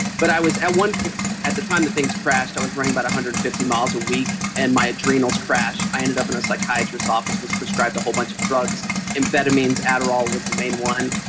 but i was, at one at the time that things crashed, i was running about one hundred and fifty miles a week and my adrenals crashed. i ended up in a psychiatrist's office, was prescribed a whole bunch of drugs amphetamines. adderall was the main one,